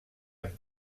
amb